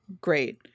great